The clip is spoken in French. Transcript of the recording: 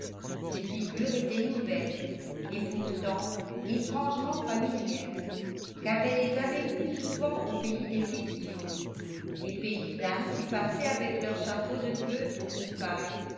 ces figures étaient nouvelles et pourtant étrangement familières car elle les avait vues souvent au pays des fictions les paysannes qui passaient avec leurs chapeaux de feutre ou de paille